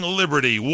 liberty